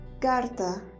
Carta